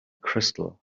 crystal